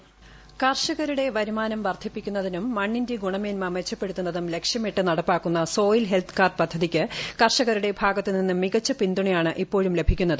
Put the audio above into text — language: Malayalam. വോയിസ് കർഷകരുടെ വരുമാനം വർദ്ധിപ്പിക്കുന്നതിനും മണ്ണിന്റെ ഗുണമേൻമ മെച്ചപ്പെടുത്തുന്നതും ലക്ഷ്യമിട്ട് നടപ്പാക്കുന്ന സോയിൽ ഹെൽത്ത് കാർഡ് പദ്ധതിക്ക് കർഷകരുടെ ഭാഗത്തു നിന്നും മികച്ച പിന്തുണയാണ് ഇപ്പോഴും ലഭിക്കുന്നത്